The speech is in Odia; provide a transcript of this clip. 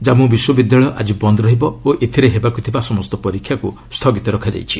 ଜାମ୍ମୁ ବିଶ୍ୱବିଦ୍ୟାଳୟ ଆଜି ବନ୍ଦ ରହିବ ଓ ଏଥିରେ ହେବାକୁଥିବା ସମସ୍ତ ପରୀକ୍ଷାକୁ ସ୍ଥଗିତ ରଖାଯାଇଛି